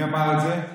מי אמר את זה?